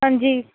ਹਾਂਜੀ